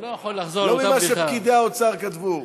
לא ממה שפקידי האוצר כתבו.